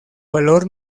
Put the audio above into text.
valor